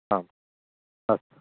आम् अस्तु